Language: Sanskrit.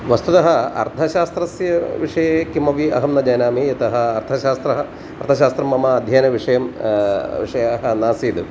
वस्तुतः अर्थशास्त्रस्य विषये किमपि अहं न जानामि यतः अर्थशास्त्रः अर्थशास्त्रं मम अध्ययनविषयं विषयाः नासीत्